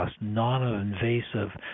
non-invasive